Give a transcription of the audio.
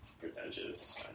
pretentious